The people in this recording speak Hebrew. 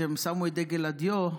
כשהם שמו את דגל הדיו,